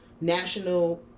national